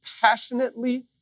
passionately